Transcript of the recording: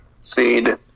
seed